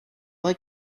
like